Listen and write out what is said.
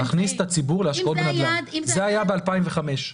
זה היה ב-2005.